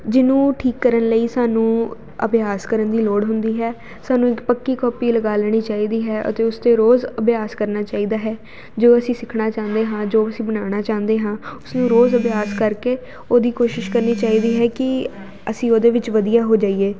ਜਿਹਨੂੰ ਠੀਕ ਕਰਨ ਲਈ ਸਾਨੂੰ ਅਭਿਆਸ ਕਰਨ ਦੀ ਲੋੜ ਹੁੰਦੀ ਹੈ ਸਾਨੂੰ ਇੱਕ ਪੱਕੀ ਕੋਪੀ ਲਗਾ ਲੈਣੀ ਚਾਹੀਦੀ ਹੈ ਅਤੇ ਉਸ 'ਚ ਰੋਜ਼ ਅਭਿਆਸ ਕਰਨਾ ਚਾਹੀਦਾ ਹੈ ਜੋ ਅਸੀਂ ਸਿੱਖਣਾ ਚਾਹੁੰਦੇ ਹਾਂ ਜੋ ਅਸੀਂ ਬਣਾਉਣਾ ਚਾਹੁੰਦੇ ਹਾਂ ਉਸਨੂੰ ਰੋਜ਼ ਅਭਿਆਸ ਕਰਕੇ ਉਹਦੀ ਕੋਸ਼ਿਸ਼ ਕਰਨੀ ਚਾਹੀਦੀ ਹੈ ਕਿ ਅਸੀਂ ਉਹਦੇ ਵਿੱਚ ਵਧੀਆ ਹੋ ਜਾਈਏ